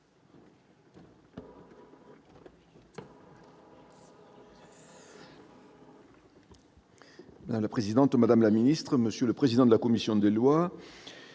Madame la présidente, madame la ministre, monsieur le président de la commission,